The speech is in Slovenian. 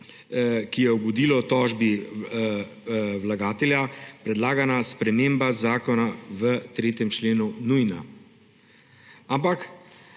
ki je ugodilo tožbi vlagatelja, predlagana sprememba zakona v 3. členu nujna. Ampak